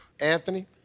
Anthony